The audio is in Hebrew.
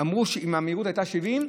אמרו שאם המהירות הייתה 70,